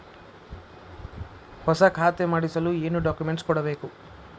ಹೊಸ ಖಾತೆ ಮಾಡಿಸಲು ಏನು ಡಾಕುಮೆಂಟ್ಸ್ ಕೊಡಬೇಕು?